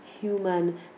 human